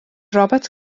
robert